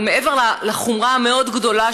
אבל מעבר לחומרה המאוד-גדולה,